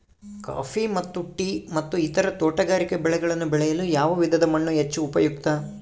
Coffee ಮತ್ತು tea ಮತ್ತು ಇತರ ತೋಟಗಾರಿಕೆ ಬೆಳೆಗಳನ್ನು ಬೆಳೆಯಲು ಯಾವ ವಿಧದ ಮಣ್ಣು ಹೆಚ್ಚು ಉಪಯುಕ್ತ?